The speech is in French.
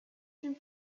une